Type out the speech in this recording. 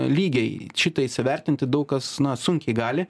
lygiai šitą įsivertinti daug kas na sunkiai gali